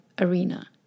arena